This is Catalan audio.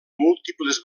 múltiples